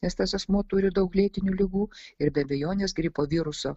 nes tas asmuo turi daug lėtinių ligų ir be abejonės gripo viruso